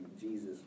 Jesus